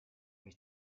mais